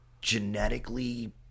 genetically